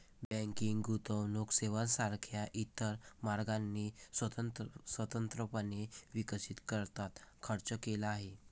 banking गुंतवणूक सेवांसारख्या इतर मार्गांनी स्वतंत्रपणे विकसित करण्यात खर्च केला आहे